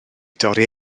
dorri